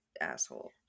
asshole